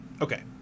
Okay